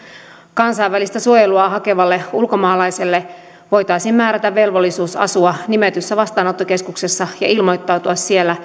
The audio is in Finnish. kansainvälistä suojelua hakevalle ulkomaalaiselle voitaisiin määrätä velvollisuus asua nimetyssä vastaanottokeskuksessa ja ilmoittautua siellä